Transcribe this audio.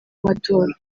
amatora